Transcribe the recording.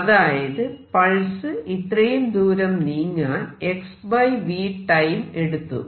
അതായത് പൾസ് ഇത്രയും ദൂരം നീങ്ങാൻ x v ടൈം എടുത്തു